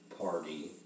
party